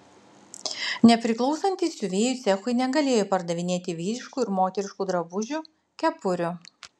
nepriklausantys siuvėjų cechui negalėjo pardavinėti vyriškų ir moteriškų drabužių kepurių